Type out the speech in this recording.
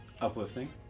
uplifting